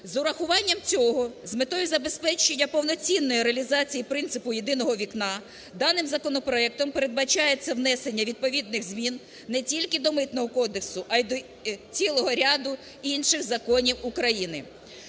З урахуванням цього, з метою забезпечення повноцінної реалізації принципу "єдиного вікна", даним законопроектом передбачається внесення відповідних змін не тільки до Митного кодексу, а й до цілого ряду інших законів України.